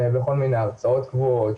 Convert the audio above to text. בכל מיני הרצאות קבועות,